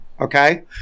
Okay